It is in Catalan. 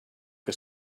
que